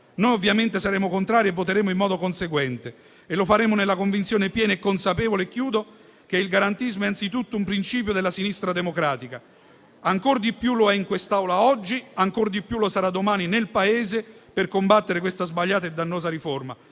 Noi ovviamentesaremo contrari e voteremo in modo conseguente e lo faremo nella convinzione piena e consapevole che il garantismo è anzitutto un principio della sinistra democratica, ancor di più lo è in quest'Aula oggi, ancor di più lo sarà domani nel Paese per combattere questa sbagliata e dannosa riforma.